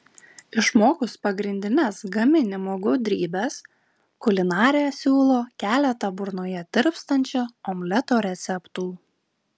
išmokus pagrindines gaminimo gudrybes kulinarė siūlo keletą burnoje tirpstančio omleto receptų